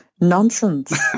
Nonsense